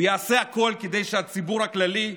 הוא יעשה הכול כדי שהציבור הכללי,